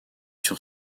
sur